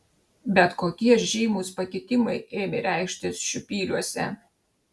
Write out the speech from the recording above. bet kokie žymūs pakitimai ėmė reikštis šiupyliuose